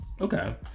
Okay